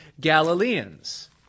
Galileans